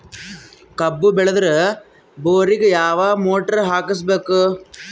ಕಬ್ಬು ಬೇಳದರ್ ಬೋರಿಗ ಯಾವ ಮೋಟ್ರ ಹಾಕಿಸಬೇಕು?